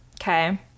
okay